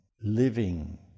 Living